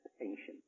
ancient